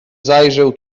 zajrzę